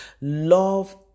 Love